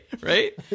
Right